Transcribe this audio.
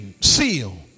seal